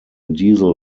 diesel